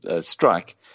strike